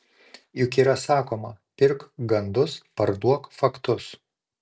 juk yra sakoma pirk gandus parduok faktus